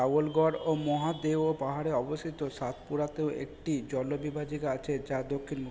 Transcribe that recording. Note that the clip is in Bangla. গাওলগড় ও মহাদেও পাহাড়ে অবস্থিত সাতপুরাতেও একটি জলবিভাজিকা আছে যা দক্ষিণমুখী